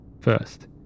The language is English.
first